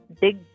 big